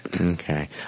Okay